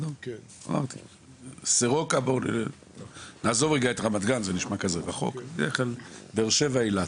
בואו נדבר על באר שבע אילת.